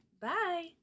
Bye